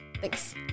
Thanks